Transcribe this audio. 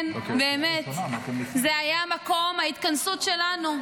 כן, באמת, זה היה מקום ההתכנסות שלנו.